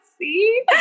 see